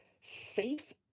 safe